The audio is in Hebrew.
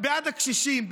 בעד הקשישים,